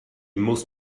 most